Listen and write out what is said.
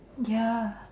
ya